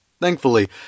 Thankfully